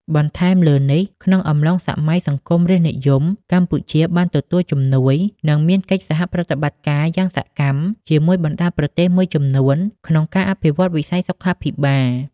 បន្ថែមលើនេះ ក្នុងអំឡុងសម័យសង្គមរាស្រ្តនិយម កម្ពុជាបានទទួលជំនួយ និងមានកិច្ចសហប្រតិបត្តិការយ៉ាងសកម្មជាមួយបណ្តាប្រទេសមួយចំនួន ក្នុងការអភិវឌ្ឍវិស័យសុខាភិបាល។